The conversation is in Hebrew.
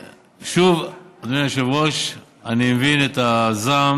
שוב, אדוני היושב-ראש, אני מבין את הזעם